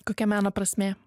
kokia meno prasmė